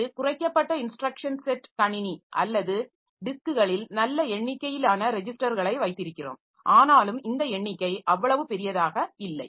இன்று குறைக்கப்பட்ட instruction set கணினி அல்லது டிஸ்க்குகளில் நல்ல எண்ணிக்கையிலான ரெஜிஸ்டர்களை வைத்திருக்கிறோம் ஆனாலும் இந்த எண்ணிக்கை அவ்வளவு பெரியதாக இல்லை